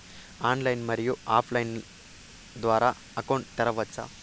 Online, మరియు offline line ద్వారా account తెరవచ్చా?